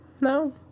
No